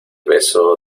beso